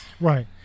right